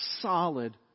solid